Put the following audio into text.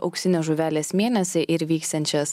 auksinės žuvelės mėnesį ir vyksiančias